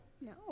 No